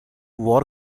war